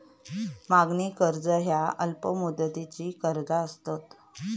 मागणी कर्ज ह्या अल्प मुदतीची कर्जा असतत